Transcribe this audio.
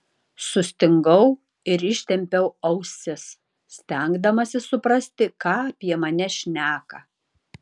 sustingau ir ištempiau ausis stengdamasis suprasti ką apie mane šneka